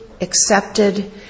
accepted